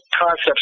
concepts